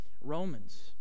Romans